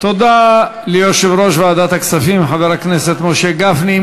תודה ליושב-ראש ועדת הכספים חבר הכנסת משה גפני.